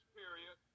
period